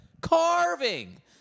Carving